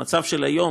המצב של היום,